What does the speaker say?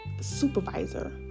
Supervisor